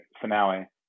finale